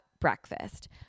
breakfast